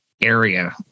area